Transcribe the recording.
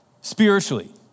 spiritually